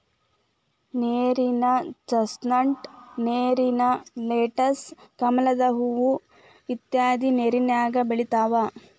ನೇರಿನ ಚಸ್ನಟ್, ನೇರಿನ ಲೆಟಸ್, ಕಮಲದ ಹೂ ಇತ್ಯಾದಿ ನೇರಿನ್ಯಾಗ ಬೆಳಿತಾವ